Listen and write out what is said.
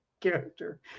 character